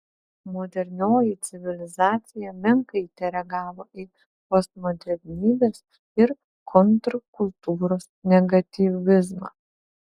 modernioji civilizacija menkai tereagavo į postmodernybės ir kontrkultūros negatyvizmą